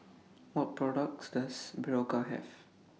What products Does Berocca Have